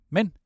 Men